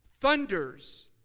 thunders